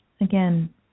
Again